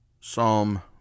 Psalm